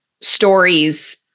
stories